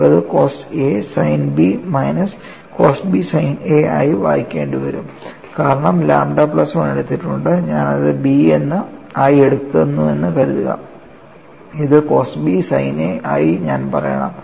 നമ്മൾക്കത് cos a sine b minus cos b sine a ആയി വായിക്കേണ്ടി വരും കാരണം ലാംഡ പ്ലസ് 1 എടുത്തിട്ടുണ്ട് ഞാൻ ഇത് b ആയി എടുക്കുന്നുവെന്ന് കരുതുക ഇത് കോസ് b സൈൻ a ആയി ഞാൻ പറയണം